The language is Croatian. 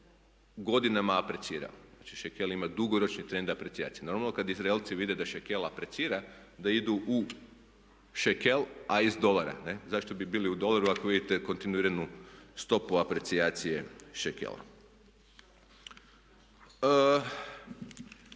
godinama aprecirao. Znači šekel ima dugoročni trend aprecijacije. Normalno kada Izraelci vide da šekel aprecira da idu u šekel a iz dolara. Zašto bi bili u dolaru ako vidite kontinuiranu stopu aprecijacije šekela.